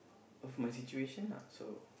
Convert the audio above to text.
of my situation lah so